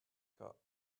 cup